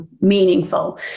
meaningful